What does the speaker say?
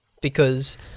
because-